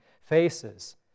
faces